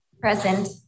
Present